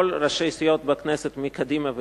כל ראשי הסיעות בכנסת מקדימה וימינה,